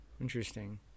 interesting